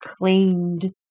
claimed